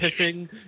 pissing